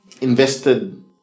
invested